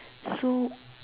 so